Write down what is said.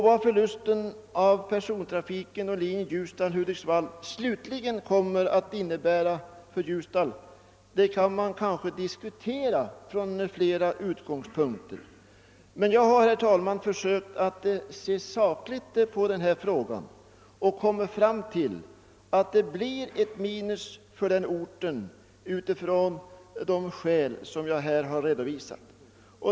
Vad förlusten av persontrafiken på linjen Ljusdal —Hudiksvall = slutligen kommer att innebära för Ljusdal kan man diskutera från flera utgångspunkter. Jag har, herr talman, försökt att se sakligt på denna fråga och dragit slutsatsen att det blir ett minus för denna ort av de skäl som jag här har redovisat.